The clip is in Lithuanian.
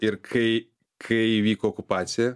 ir kai kai įvyko okupacija